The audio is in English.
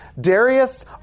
Darius